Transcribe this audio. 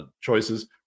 choices